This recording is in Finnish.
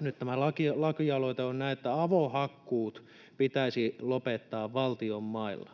Nyt tämä aloite on näin, että avohakkuut pitäisi lopettaa valtion mailla.